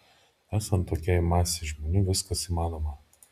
esant tokiai masei žmonių viskas įmanoma